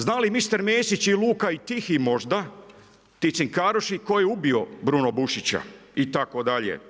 Znali mister Mesić i Luka i Tihi možda, ti cinkaroši tko je ubio Bruno Bušića itd.